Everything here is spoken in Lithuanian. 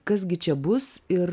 kas gi čia bus ir